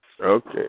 Okay